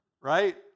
Right